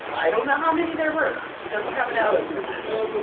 i don't know how many there were! it doesn't have an out of number but.